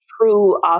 true